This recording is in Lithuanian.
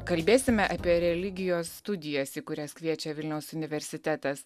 kalbėsime apie religijos studijas į kurias kviečia vilniaus universitetas